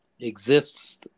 exists